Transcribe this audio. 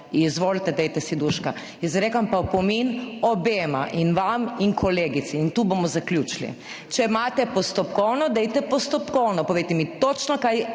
Izvolite, dajte si duška! Izrekam pa opomin obema, vam in kolegici, in tu bomo zaključili. Če imate postopkovno, dajte postopkovno, povejte mi točno, kje